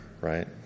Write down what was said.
right